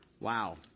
Wow